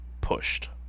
pushed